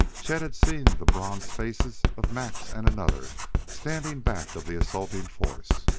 chet had seen the bronzed faces of max and another standing back of the assaulting force,